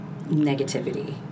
negativity